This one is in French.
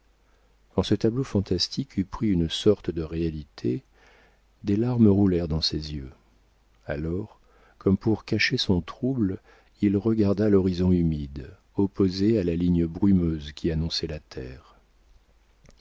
quand ce tableau fantastique eut pris une sorte de réalité des larmes roulèrent dans ses yeux alors comme pour cacher son trouble il regarda l'horizon humide opposé à la ligne brumeuse qui annonçait la terre